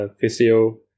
physio